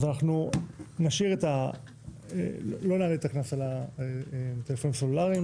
אנחנו לא נעלה את הקנס על הטלפונים הסלולריים,